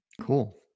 Cool